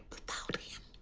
without him?